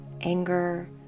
anger